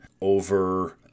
over